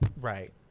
Right